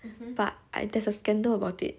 but I there's a scandal about it